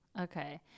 Okay